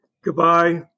Goodbye